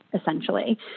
essentially